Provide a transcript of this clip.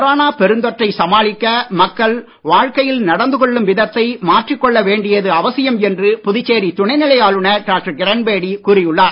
corona பெருந் தொற்றை சமாளிக்க மக்கள் வாழ்க்கையில் நடந்து கொள்ளும் விதத்தை மாற்றிக் கொள்ள வேண்டியது அவசியம் என்று புதுச்சேரி துணைநிலை ஆளுநர் டாக்டர் கிரண்பேடி கூறியுள்ளார்